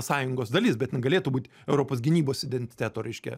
sąjungos dalis bet jinai galėtų būt europos gynybos identiteto reiškia